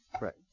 Right